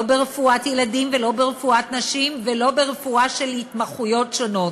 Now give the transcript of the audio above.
לא ברפואת ילדים ולא ברפואת נשים ולא ברפואה של התמחויות שונות,